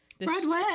Broadway